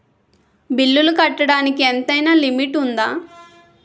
బిల్లులు కట్టడానికి ఎంతైనా లిమిట్ఉందా?